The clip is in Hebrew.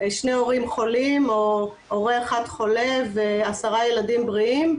שני הורים חולים או הורה אחד חולה ועשרה ילדים בריאים,